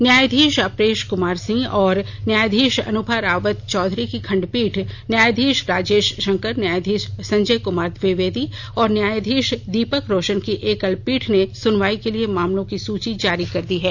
न्यायाधीश अप्रेश क्मार सिंह तथा न्यायाधीश अनुभा रावत चौधरी की खंडपीठ न्यायाधीश राजेश शंकर न्यायाधीश संजय कुमार द्विवेदी और न्यायाधीश दीपक रोशन की एकल पीठ में सुनवाई के लिए मामलों की सूची जारी कर दी गयी है